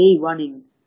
running